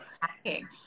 packing